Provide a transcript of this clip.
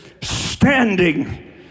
standing